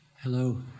Hello